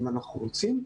אם אנחנו רוצים,